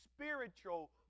spiritual